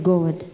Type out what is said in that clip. God